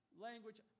language